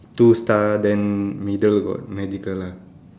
two star then middle got magical ah